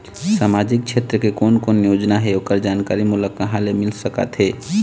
सामाजिक क्षेत्र के कोन कोन योजना हे ओकर जानकारी मोला कहा ले मिल सका थे?